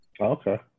Okay